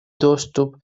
доступ